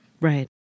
Right